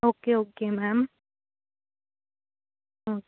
okay okay ma'am ம்